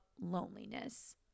loneliness